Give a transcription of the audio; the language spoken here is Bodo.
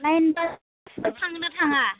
लाइन बास थाङोना थाङा